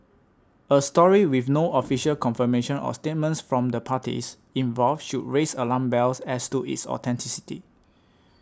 a story with no official confirmation or statements from the parties involved should raise alarm bells as to its authenticity